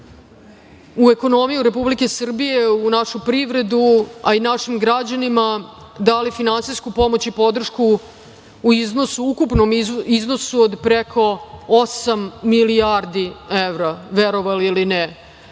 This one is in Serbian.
u ekonomiju Republike Srbije, u našu privredu, a i našim građanima dali finansijsku pomoć i podršku u ukupnom iznosu od preko osam milijardi evra, verovali ili